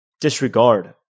disregard